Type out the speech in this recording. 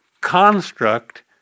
Construct